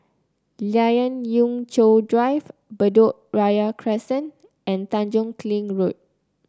Lien Ying Chow Drive Bedok Ria Crescent and Tanjong Kling Road